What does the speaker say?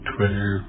Twitter